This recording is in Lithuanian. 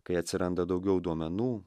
kai atsiranda daugiau duomenų